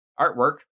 artwork